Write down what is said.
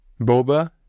Boba